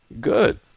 Good